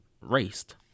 raced